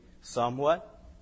somewhat